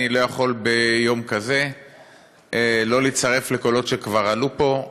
אני לא יכול ביום כזה שלא להצטרף לקולות שכבר עלו פה,